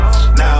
Now